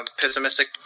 pessimistic